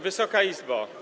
Wysoka Izbo!